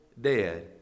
dead